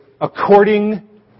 according